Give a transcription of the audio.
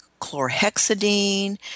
chlorhexidine